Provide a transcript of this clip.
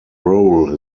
role